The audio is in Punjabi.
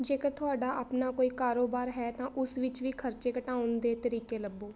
ਜੇਕਰ ਤੁਹਾਡਾ ਆਪਣਾ ਕੋਈ ਕਾਰੋਬਾਰ ਹੈ ਤਾਂ ਉਸ ਵਿੱਚ ਵੀ ਖਰਚੇ ਘਟਾਉਣ ਦੇ ਤਰੀਕੇ ਲੱਭੋ